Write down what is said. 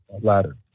ladder